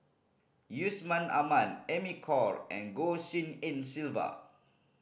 Yusman Aman Amy Khor and Goh Tshin En Sylvia